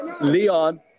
leon